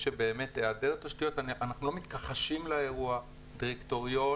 אנחנו לא מתכחשים לאירוע; דירקטוריון